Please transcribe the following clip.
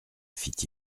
fit